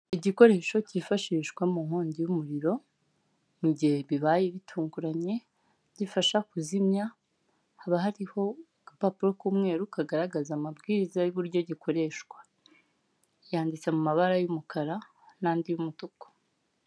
Igikoresho kifashishwa mu nkongi y'umuriro, mu gihe bibaye bitunguranye gifasha kuzimya, haba hariho agapapuro k'umweru kagaragaza amabwiriza y'uburyo gikoreshwa, yanditse mu mabara y'umukara n'andi y'umutuku.